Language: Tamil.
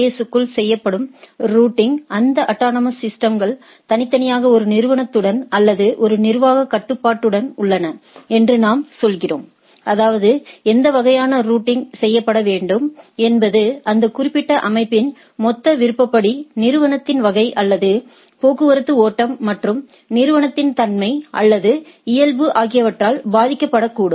எஸ் க்குள் செய்யப்படும் ரூட்டிங் இந்த அட்டானமஸ் சிஸ்டம்கள் தனித்தனியாக ஒரு நிறுவனத்துடன் அல்லது ஒரு நிர்வாகக் கட்டுப்பாட்டுடன் உள்ளன என்று நாம் சொல்கிறோம் அதாவது எந்த வகையான ரூட்டிங் செய்யப்பட வேண்டும் என்பது அந்த குறிப்பிட்ட அமைப்பின் மொத்த விருப்பப்படி நிறுவனத்தின் வகை அல்லது போக்குவரத்து ஓட்டம் மற்றும் நிறுவனத்தின் தன்மை அல்லது இயல்பு ஆகியவற்றால் பாதிக்கப்படக்கூடும்